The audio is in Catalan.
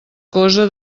cosa